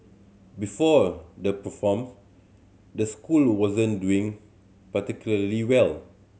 before the perform the school wasn't doing particularly well